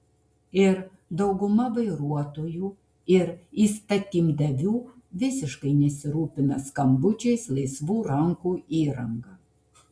ir dauguma vairuotojų ir įstatymdavių visiškai nesirūpina skambučiais laisvų rankų įranga